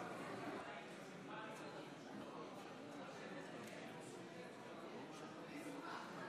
הסתייגות מספר 4, רבותיי,